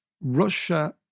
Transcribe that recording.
Russia